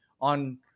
on